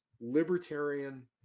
libertarian